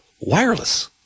wireless